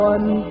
One